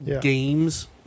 games